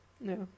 No